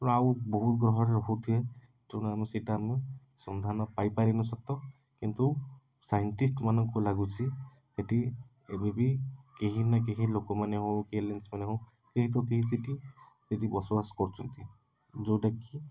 ତେଣୁ ଆଉ ବହୁତ ଗ୍ରହରେ ରହୁଥିବେ ତେଣୁ ଆମେ ସେଇଟା ଆମେ ସନ୍ଧାନ ପାଇପାରିନୁ ସତ କିନ୍ତୁ ସାଇଣ୍ଟିଷ୍ଟ୍ ମାନଙ୍କୁ ଲାଗୁଛି ସେଇଠି ଏବେ ବି କେହି ନା କେହି ଲୋକମାନେ ହେଉ କି ଏଲିଏନ୍ସ ମାନେ ହେଉ କେହି ତ କେହି ସେଇଠି ସେଇଠି ବସବାସ କରୁଛନ୍ତି ଯେଉଁଟାକି